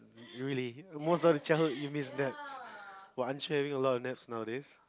really most of the childhood you miss naps well I'm sure you're having a lot of naps nowadays